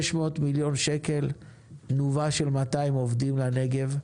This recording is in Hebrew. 600 מיליון שקל עם תנובה של 200 עובדים לנגב.